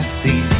see